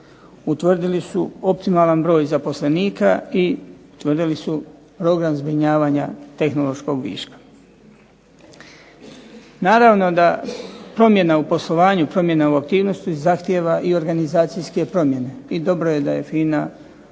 utvrdili su optimalan broj zaposlenika i utvrdili su program zbrinjavanja tehnološkog viška. Naravno da promjena u poslovanju, promjena u aktivnosti zahtjeva i organizacijske promjene. I dobro je da je FINA reagirala